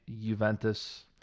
Juventus